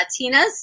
Latinas